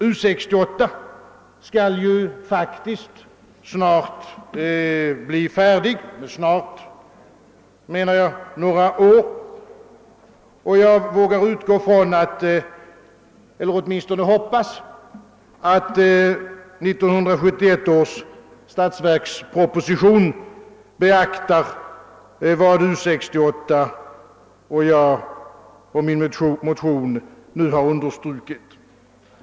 U 68 skall faktiskt snart bli färdigt — med uttrycket snart menar jag några år — och jag vågar åtminstone hoppas att 1971 års statsverksproposition beaktar vad U 68 och min motion nu har understrukit.